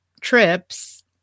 trips